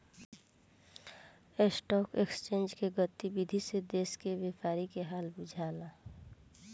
stock exchange के गतिविधि से देश के व्यापारी के हाल बुझला